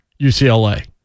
UCLA